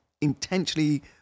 intentionally